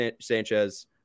Sanchez